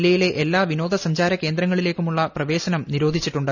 ജില്ലയിലെ എല്ലാ വിനോദ സഞ്ചാര കേന്ദ്രങ്ങളിലേക്കുമുള്ള പ്രവേശനം നിരോധിച്ചിട്ടുണ്ട്